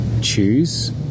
choose